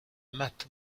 matt